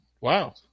Wow